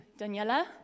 Daniela